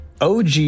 OG